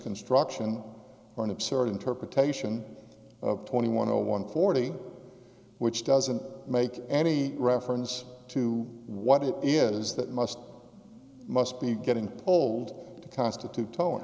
construction or an absurd interpretation of twenty one zero one forty which doesn't make any reference to what it is that must must be getting old to constitute ton